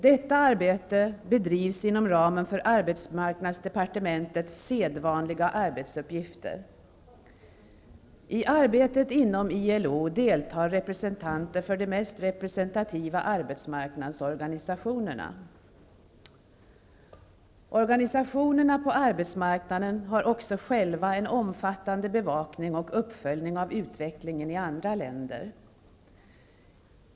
Detta arbete bedrivs inom ramen för arbetsmarknadsdepartementets sedvanliga arbetsuppgifter. I arbetet inom ILO deltar representanter för de mest representativa arbetsmarknadsorganisationerna. Organisationerna på arbetsmarknaden har också själva en omfattande bevakning och uppföljning av utvecklingen i andra länder.